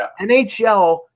NHL –